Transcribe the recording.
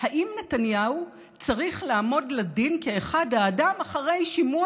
אם נתניהו צריך לעמוד לדין כאחד האדם אחרי שימוע,